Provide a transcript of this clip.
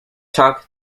tok